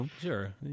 sure